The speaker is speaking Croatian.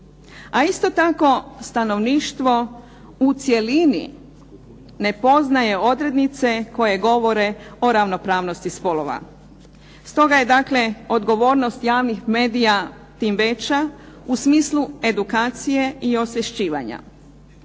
a isto tako stanovništvo u cjelini ne poznaje odrednice koje govore o ravnopravnosti spolova. Stoga je dakle, odgovornost javnih medija tim veća u smislu edukacije i osvješćivanja.